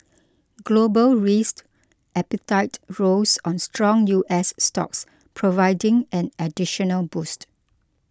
global risked appetite rose on strong U S stocks providing an additional boost